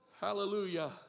Hallelujah